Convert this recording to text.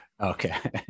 Okay